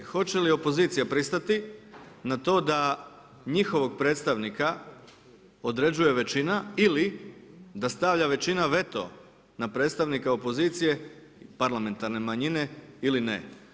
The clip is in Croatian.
Hoće li opozicija pristati na to da njihovog predstavnika određuje većina ili da stavlja većina veto na predstavnika opozicije parlamentarne manjine ili ne?